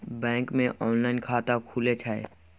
Bank मे online खाता खुले छै?